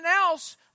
else